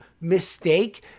mistake